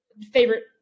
favorite